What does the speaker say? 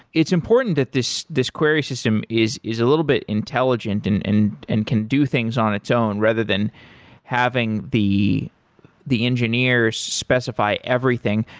it's important that this this query system is is a little bit intelligent and and and can do things on its own rather than having the the engineers specify everything.